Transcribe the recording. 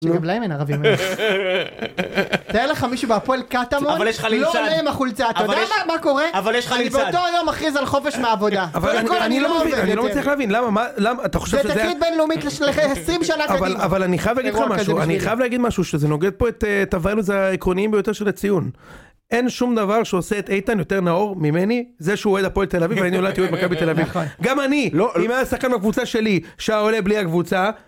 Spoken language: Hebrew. שגם להם אין ערבים, תאר לך מישהו בהפועל קטמון, לא עולה עם החולצה, אתה יודע מה קורה, אני באותו היום מכריז על חופש מהעבודה. אבל אני לא מצליח להבין, למה אתה חושב שזה... זה תקרית בינלאומית לשלכי 20 שנה קדימה. אבל אני חייב להגיד משהו, אני חייב להגיד משהו שזה נוגד פה את הvalues העקרוניים ביותר של הציון. אין שום דבר שעושה את אי, ן יותר נאור ממני, זה שהוא אוהד הפועל תל אביב ואני אוהד מכבי תל אביב. גם אני, אם היה שחקן בקבוצה שלי שעולה בלי הקבוצה...